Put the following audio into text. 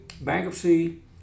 bankruptcy